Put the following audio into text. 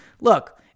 look